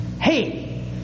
Hey